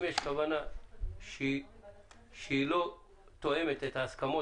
אם יש כוונה שהיא לא תואמת את ההסכמות